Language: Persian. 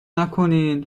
نکنین